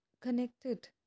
connected